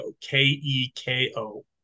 K-E-K-O